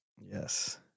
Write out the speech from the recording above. Yes